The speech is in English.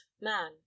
man